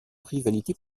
rivalité